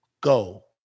Go